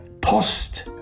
post